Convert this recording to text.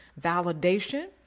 validation